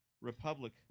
republic